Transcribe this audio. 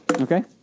Okay